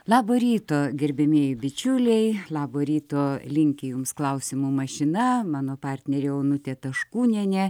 labo ryto gerbiamieji bičiuliai labo ryto linki jums klausimo mašina mano partnerė onutė taškūnienė